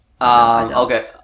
Okay